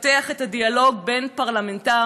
לפתח את הדיאלוג בין פרלמנטרים,